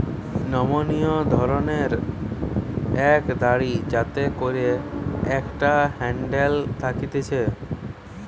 নমনীয় ধরণের এক দড়ি যাতে করে একটা হ্যান্ডেল থাকতিছে